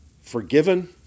forgiven